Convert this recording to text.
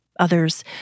others